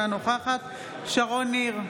אינה נוכחת שרון ניר,